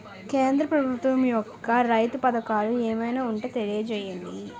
కేంద్ర ప్రభుత్వం యెక్క రైతు పథకాలు ఏమైనా ఉంటే తెలియజేయండి?